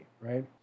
right